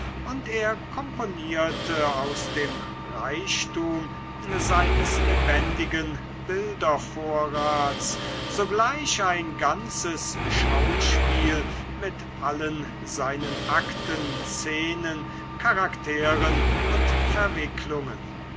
und er komponierte aus dem reichtum seines lebendigen bildervorrats sogleich ein ganzes schauspiel mit allen seinen akten szenen charakteren und verwicklungen